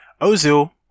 Ozil